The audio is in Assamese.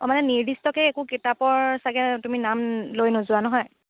অ' মানে নিৰ্দিষ্টকৈ একো কিতাপৰ ছাগে তুমি নাম লৈ নোযোৱা নহয়